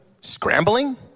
scrambling